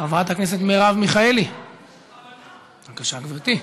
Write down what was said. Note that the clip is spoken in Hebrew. חברת הכנסת מרב מיכאלי, בבקשה, גברתי.